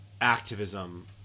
activism